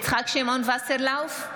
יצחק שמעון וסרלאוף,